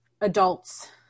adults